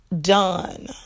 Done